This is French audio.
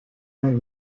ung